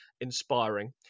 inspiring